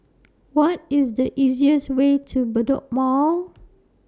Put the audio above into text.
What IS The easiest Way to Bedok Mall